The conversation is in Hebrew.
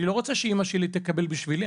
אני לא רוצה שאמא שלי תקבל בשבילי,